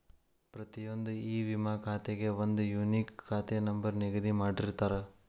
ಪ್ರತಿಯೊಂದ್ ಇ ವಿಮಾ ಖಾತೆಗೆ ಒಂದ್ ಯೂನಿಕ್ ಖಾತೆ ನಂಬರ್ ನಿಗದಿ ಮಾಡಿರ್ತಾರ